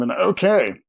Okay